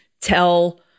tell